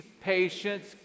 patience